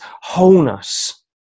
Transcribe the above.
wholeness